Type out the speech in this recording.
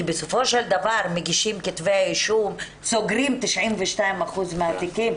כי בסופו של דבר סוגרים 92% מן התיקים,